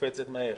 קופצת מהר.